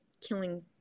killing